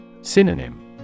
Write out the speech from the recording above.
Synonym